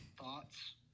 thoughts